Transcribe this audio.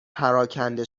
پراکنده